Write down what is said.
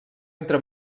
entre